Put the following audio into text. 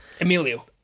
Emilio